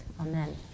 Amen